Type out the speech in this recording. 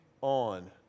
on